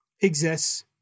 exists